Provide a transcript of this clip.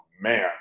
man